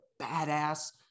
badass